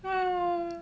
!wow!